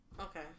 okay